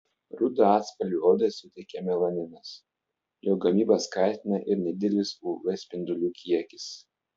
rudą atspalvį odai suteikia melaninas jo gamybą skatina ir nedidelis uv spindulių kiekis